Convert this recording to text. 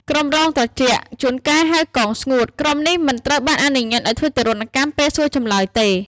ក្រុមរងត្រជាក់ (ជួនកាលហៅ កងស្ងួត) ក្រុមនេះ មិនត្រូវបានអនុញ្ញាតឱ្យធ្វើទារុណកម្ម ពេលសួរចម្លើយទេ។